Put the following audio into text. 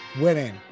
winning